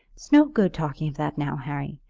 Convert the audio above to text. it's no good talking of that now, harry.